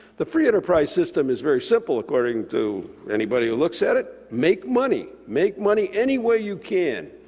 the free enterprise system is very simple, according to anybody who looks at it. make money. make money any way you can.